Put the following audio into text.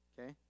Okay